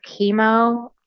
chemo